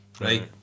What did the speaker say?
Right